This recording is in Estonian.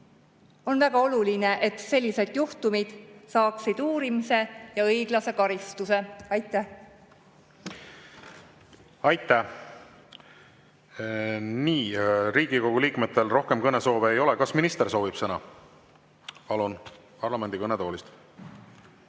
On väga oluline, et sellised juhtumid saaksid uurimise ja õiglase karistuse. Aitäh! Aitäh! Nii. Riigikogu liikmetel rohkem kõnesoove ei ole. Kas minister soovib sõna? Palun! Parlamendi kõnetoolist.